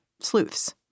sleuths